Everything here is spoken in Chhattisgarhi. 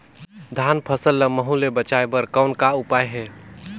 धान फसल ल महू ले बचाय बर कौन का उपाय हे?